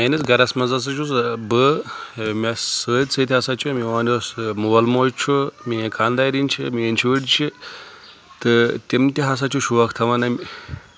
میٲنِس گرس منٛز ہسا چھُس بہٕ مےٚ سۭتۍ سۭتۍ ہسا چھُ میون یُس مول موج چھُ میٲنۍ خاندارینۍ چھِ میٲنۍ شُرۍ چھِ تہٕ تِم تہِ ہسا چھُ شوق تھاوان اَمہِ